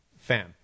fam